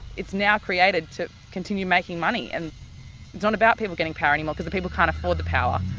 it's now created to continue making money. and it's not about people getting power anymore, because the people can't afford the power,